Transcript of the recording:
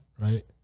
Right